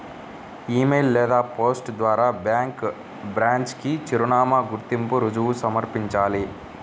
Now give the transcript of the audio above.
ఇ mail లేదా post ద్వారా bank branch కి చిరునామా, గుర్తింపు రుజువు సమర్పించాలి